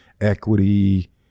Equity